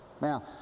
Now